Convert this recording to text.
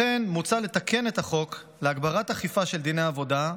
כן מוצע לתקן את החוק להגברת האכיפה של דיני עבודה,